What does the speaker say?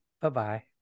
bye-bye